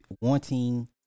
wanting